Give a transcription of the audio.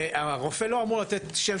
והרופא לא אמור לתת שם,